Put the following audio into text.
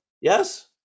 Yes